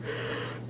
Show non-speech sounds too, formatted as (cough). (breath)